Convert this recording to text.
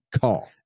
call